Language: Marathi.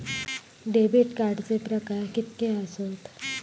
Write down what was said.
डेबिट कार्डचे प्रकार कीतके आसत?